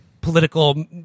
political